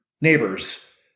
neighbors